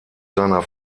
seiner